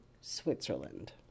Switzerland